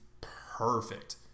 perfect